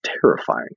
terrifying